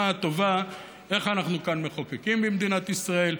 הטובה איך אנחנו כאן מחוקקים במדינת ישראל.